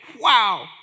wow